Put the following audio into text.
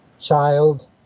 child